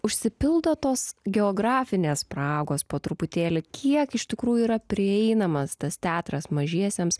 užsipildo tos geografinės spragos po truputėlį kiek iš tikrųjų yra prieinamas tas teatras mažiesiems